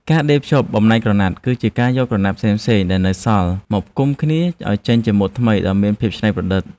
ការដេរភ្ជាប់បំណែកក្រណាត់ គឺជាការយកក្រណាត់ផ្សេងៗគ្នាដែលនៅសល់ មកដេរផ្គុំគ្នាឱ្យចេញជាម៉ូដថ្មីដ៏មានភាពច្នៃប្រឌិត។